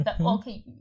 Okay